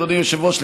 אדוני היושב-ראש,